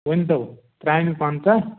ؤنۍتَو ترٛامہِ پنٛژاہ